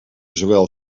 zowel